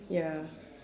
ya